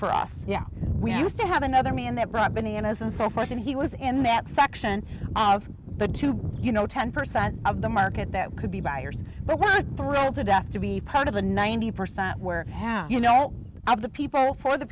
for us yeah we used to have another man that brought bananas and so forth and he was in that section of the tube you know ten percent of the market that could be buyers but was thrilled to death to be part of the ninety percent where have you no of the people for the